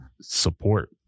Support